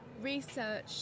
research